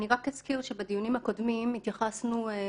אני רק אזכיר שבדיונים הקודמים התייחסנו לתוספת